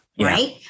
Right